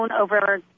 over